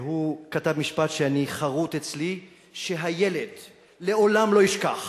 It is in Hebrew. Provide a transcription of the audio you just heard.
והוא כתב משפט שחרות אצלי, שהילד לעולם לא ישכח